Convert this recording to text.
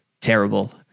terrible